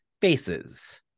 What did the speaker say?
faces